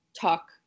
talk